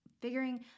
figuring